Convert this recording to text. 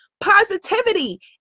positivity